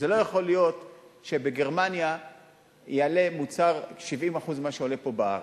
לא יכול להיות שבגרמניה יעלה מוצר 70% ממה שעולה פה בארץ.